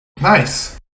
Nice